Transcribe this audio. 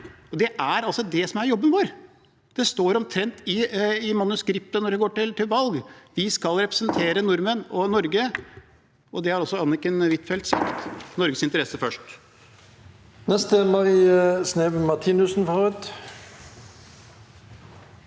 Det er det som er jobben vår. Det står omtrent i manuskriptet når vi står på valg: Vi skal representere nordmenn og Norge, og det har også Anniken Huitfeldt sagt – Norges interesse først. Marie Sneve Martinussen (R)